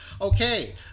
okay